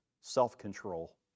self-control